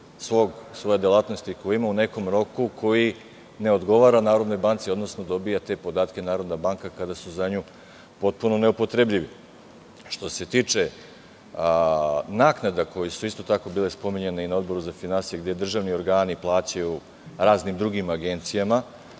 svoje delatnosti koju ima u nekom roku koji ne odgovara Narodnoj banci, odnosno dobija te podatke Narodna banka kada su za nju potpuno neupotrebljivi. Što se tiče naknada, koje su isto tako bile spominjane i na Odboru za finansije, gde državni organi plaćaju raznim drugim agencijama,